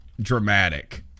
dramatic